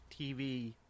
TV